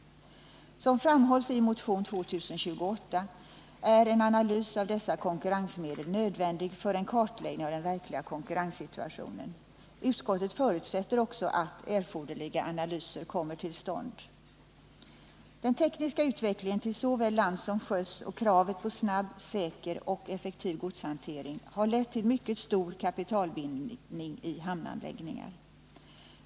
Som framhålls i motion 2028 är en analys av dessa konkurrensmedel nödvändig för en kartläggning av den verkliga konkurrenssituationen. Utskottet förutsätter också att erforderliga analyser kommer till stånd. Den tekniska utvecklingen till såväl lands som sjöss och kravet på snabb, säker och effektiv godshantering har lett till mycket stor kapitalbindning i hamnanläggningar.